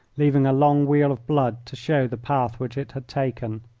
leaving a long weal of blood to show the path which it had taken.